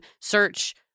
search